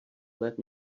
let